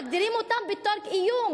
מגדירים אותם בתור איום,